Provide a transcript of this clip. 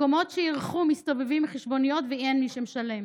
מקומות שאירחו מסתובבים עם חשבוניות ואין מי שמשלם.